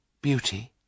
Beauty